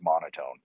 monotone